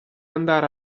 andare